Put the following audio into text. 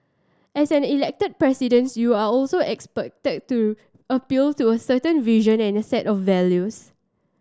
as an elected Presidents you are also expected to appeal to a certain vision and set of values